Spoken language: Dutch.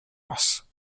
was